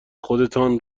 خودتان